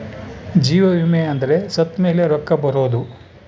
ಜೀವ ವಿಮೆ ಅಂದ್ರ ಸತ್ತ್ಮೆಲೆ ರೊಕ್ಕ ಬರೋದು